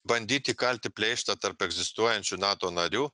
bandyt įkalti pleištą tarp egzistuojančių nato narių